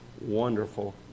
wonderful